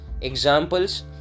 examples